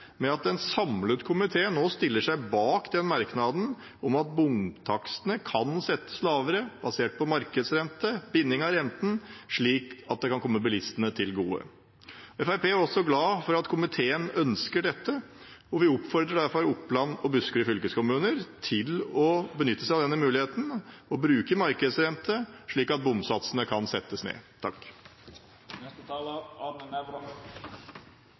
med at en samlet komité nå stiller seg bak merknaden om at bompengetakstene kan settes lavere, basert på markedsrente eller binding av renten, slik at det kan komme bilistene til gode. Fremskrittspartiet er også glad for at komiteen ønsker dette, og vi oppfordrer derfor Oppland og Buskerud fylkeskommuner til å benytte seg av denne muligheten og bruke markedsrente, slik at bomsatsene kan settes ned.